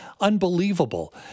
Unbelievable